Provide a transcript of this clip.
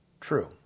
true